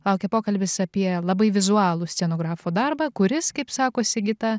laukia pokalbis apie labai vizualų scenografo darbą kuris kaip sako sigita